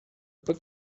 book